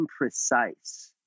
imprecise